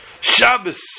Shabbos